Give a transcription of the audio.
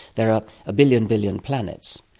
there are a billion billion planets,